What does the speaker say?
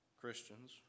Christians